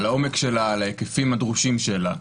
על העומק שלה, על ההיקפים הדרושים שלה.